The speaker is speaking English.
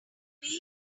free